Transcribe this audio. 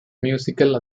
musical